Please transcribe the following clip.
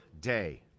day